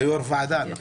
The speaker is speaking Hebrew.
אתה יושב-ראש ועדה, לא?